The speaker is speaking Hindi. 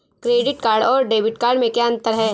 क्रेडिट कार्ड और डेबिट कार्ड में क्या अंतर है?